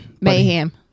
Mayhem